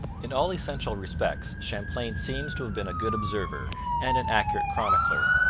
in all essential respects champlain seems to have been a good observer and an accurate chronicler.